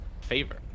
favor